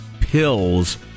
pills